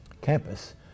campus